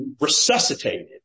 resuscitated